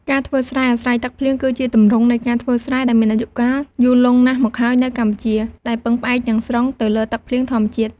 ការធ្វើស្រែអាស្រ័យទឹកភ្លៀង គឺជាទម្រង់នៃការធ្វើស្រែដែលមានអាយុកាលយូរលង់ណាស់មកហើយនៅកម្ពុជា ដែលពឹងផ្អែកទាំងស្រុងទៅលើទឹកភ្លៀងធម្មជាតិ។